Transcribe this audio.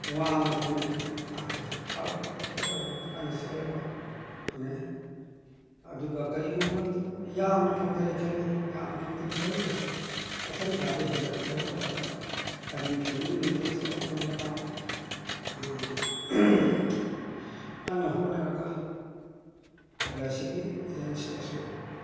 ꯋꯥꯡꯅ ꯐꯪꯉꯦ ꯃꯍꯥꯛꯀꯤ ꯍꯥꯔꯗ ꯂꯦꯕꯔ ꯑꯣꯏꯅ ꯀꯟꯅ ꯆꯦꯜꯂꯒ ꯐꯪꯉꯦ ꯑꯗꯨꯒ ꯀꯔꯤꯒꯨꯝꯕ ꯌꯥꯝꯅ ꯐꯪꯗ꯭ꯔꯦꯅ ꯈꯜꯂꯦ ꯌꯥꯝꯅ ꯐꯪꯗ꯭ꯔꯦ ꯈꯜꯂꯒꯁꯨ ꯃꯊꯪ ꯊꯥꯗ ꯍꯦꯟꯒꯠꯅꯕ ꯍꯣꯠꯅꯔꯒ ꯍꯥꯏꯕꯗꯤ ꯐꯦꯃꯂꯤ ꯃꯦꯟꯇꯦꯟꯁ ꯇꯧꯕ ꯉꯝꯅꯕ ꯀꯟꯅ ꯍꯣꯠꯅꯔꯒ ꯑꯦꯜ ꯑꯥꯏ ꯁꯤꯒꯤ ꯑꯦꯖꯦꯟꯁꯤꯗꯁꯨ